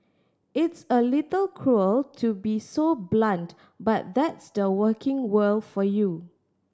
it's a little cruel to be so blunt but that's the working world for you